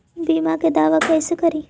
बीमा के दावा कैसे करी?